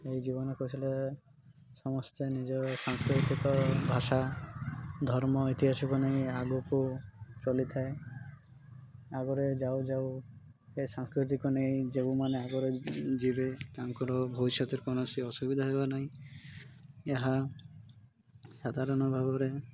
ଏହି ଜୀବନ କୌଶଳରେ ସମସ୍ତେ ନିଜ ସାଂସ୍କୃତିକ ଭାଷା ଧର୍ମ ଇତିହାସକୁ ନେଇ ଆଗକୁ ଚଲିଥାଏ ଆଗରେ ଯାଉ ଯାଉ ଏ ସାଂସ୍କୃତିକୁ ନେଇ ଯେଉଁମାନେ ଆଗରେ ଯିବେ ତାଙ୍କର ଭବିଷ୍ୟତରେ କୌଣସି ଅସୁବିଧା ହେବ ନାହିଁ ଏହା ସାଧାରଣ ଭାବରେ